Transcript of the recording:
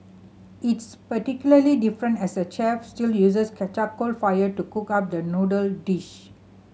it's particularly different as the chef still uses charcoal fire to cook up the noodle dish